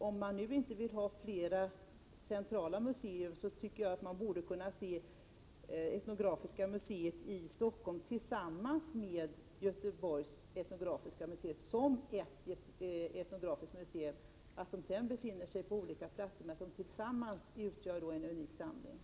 Om det inte skall skapas fler centrala museer borde Etnografiska museet i Stockholm kunna ses tillsammans med Göteborgs etnografiska museum, som ett enda museum. Dessa museer finns på olika platser, men tillsammans utgör de en unik samling.